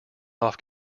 off